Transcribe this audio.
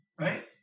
right